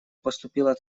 поступила